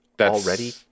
already